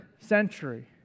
century